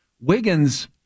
Wiggins